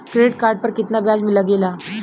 Credit card पर कितना ब्याज लगेला?